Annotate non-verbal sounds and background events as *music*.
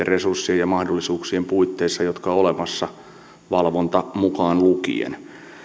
*unintelligible* resurssien ja mahdollisuuksien puitteissa jotka ovat olemassa valvonta mukaan lukien